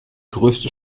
größte